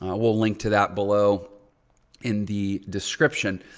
we'll link to that below in the description.